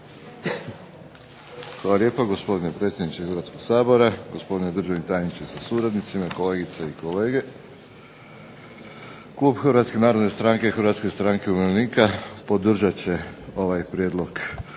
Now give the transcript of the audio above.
Hvala lijepa gospodine predsjedniče Hrvatskog sabora, gospodine državni tajniče sa suradnicima, kolegice i kolege. Klub Hrvatske narodne stranke i Hrvatske stranke umirovljenika podržat će ovaj Prijedlog